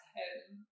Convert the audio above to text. home